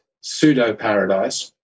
pseudo-paradise